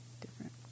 different